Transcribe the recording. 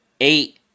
eight